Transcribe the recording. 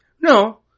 No